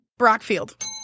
Brockfield